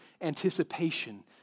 anticipation